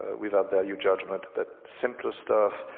without value judgment, but simpler stuff,